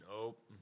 Nope